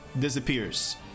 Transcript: disappears